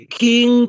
king